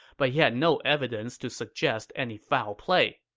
but he had no evidence to suggest any foul play.